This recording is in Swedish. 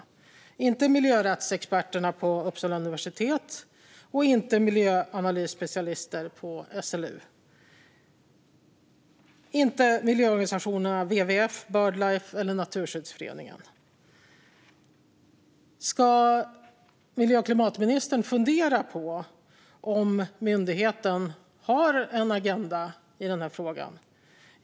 Det gör inte heller miljörättsexperterna vid Uppsala universitet, inte miljöanalysspecialister på SLU och inte miljöorganisationerna WWF, Bird Life eller Naturskyddsföreningen. Ska miljö och klimatministern fundera på om myndigheten har en agenda i frågan?